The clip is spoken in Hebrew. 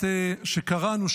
שבת שקראנו,